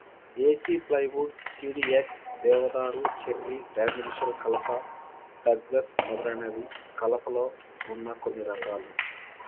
ఏసి plywood, CDX, దేవదారు, cherry, dimensional కలప, Douglas మొదలైనవి కలపలో వున్న కొన్ని రకాలు